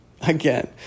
Again